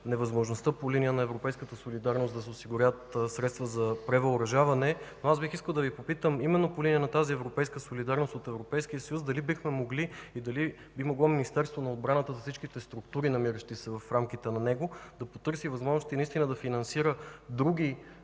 по линия на европейската солидарност да се осигуряват средства за превъоръжаване. Аз бих искал да Ви попитам именно по линия на тази европейска солидарност от Европейския съюз дали бихме могли и дали би могло Министерството на отбраната и всичките му структури да потърси възможности наистина да финансира други